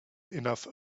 enough